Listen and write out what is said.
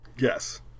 Yes